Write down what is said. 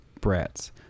brats